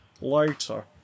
later